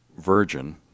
Virgin